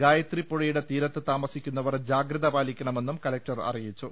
ഗായത്രിപുഴയുടെ തീരത്ത് താമസിക്കുന്നവർ ജാഗ്രത പാലിക്കണമെന്നും കലക്ടർ അറിയിച്ചു